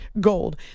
gold